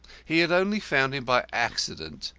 he had only found him by accident,